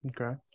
Okay